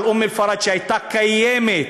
על אום-אלפרג' שהיה קיים,